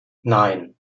nein